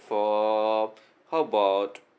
for how about